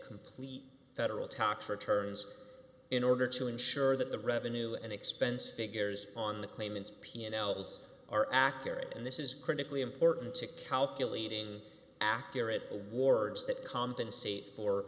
complete federal tox returns in order to ensure that the revenue and expense figures on the claimants p n l's are accurate and this is critically important to calculating accurate awards that compensate for